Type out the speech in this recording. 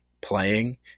playing